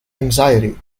anxiety